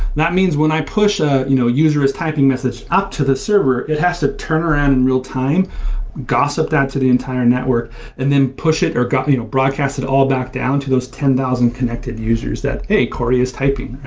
that means when i push a you know user's typing message up to the server, it has to turn around in real-time, gossip that to the entire network and then push it or you know broadcast it all back down to those ten thousand connected users that, hey, corey is typing.